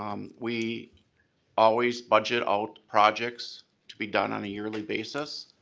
um we always budget out projects to be done on a yearly basis,